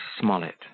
Smollett